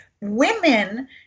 Women